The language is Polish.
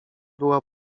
była